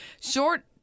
short